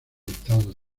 estados